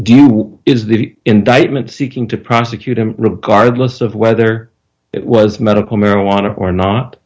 is the indictment seeking to prosecute him regardless of whether it was medical marijuana or not